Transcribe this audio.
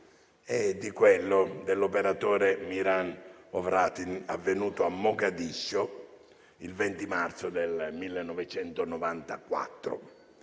Alpi e dell'operatore Miran Hrovatin, avvenuto a Mogadiscio il 20 marzo del 1994.